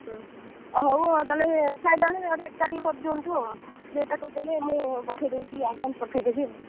ହଉ ଆଉ ତାହେଲେ ଫାଇନାଲ୍ ରେଟ୍ଟା ଟିକେ କରିଦିଅନ୍ତୁ ଆଉ ରେଟ୍ଟା କରିଦେଲେ ମୁଁ ପଠେଇ ଦଉଛି ଆଡ଼ଭାନ୍ସ ପଠେଇଦେବି ଆଉ